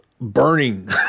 burning